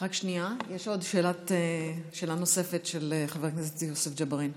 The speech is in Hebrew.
שאלה נוספת, לחבר הכנסת יוסף ג'בארין.